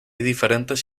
diferentes